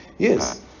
Yes